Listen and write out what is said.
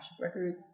records